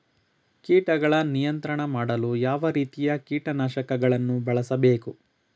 ಕೀಟಗಳ ನಿಯಂತ್ರಣ ಮಾಡಲು ಯಾವ ರೀತಿಯ ಕೀಟನಾಶಕಗಳನ್ನು ಬಳಸಬೇಕು?